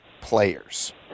players